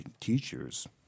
teachers